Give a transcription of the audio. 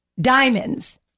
Diamonds